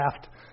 laughed